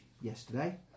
yesterday